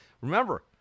Remember